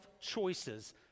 choices